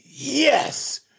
Yes